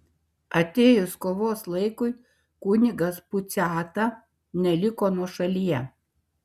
atėjus kovos laikui kunigas puciata neliko nuošalyje